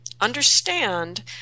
understand